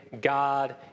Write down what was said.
God